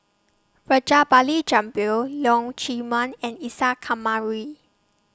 Rajabali Jumabhoy Leong Chee Mun and Isa Kamari